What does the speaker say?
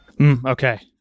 Okay